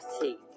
see